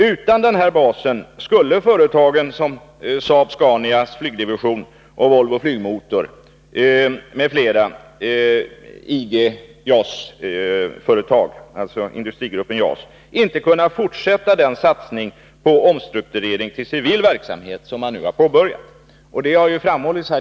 Utan denna bas skulle företag som Saab-Scanias flygdivision, Volvo Flygmotor och andra i industrigruppen JAS inte kunna fortsätta den satsning på omstrukturering till civil verksamhet som man nu har påbörjat.